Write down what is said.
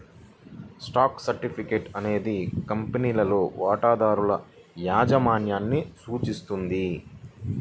stock certificate అనేది కంపెనీలో వాటాదారుల యాజమాన్యాన్ని సూచిస్తుంది